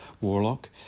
Warlock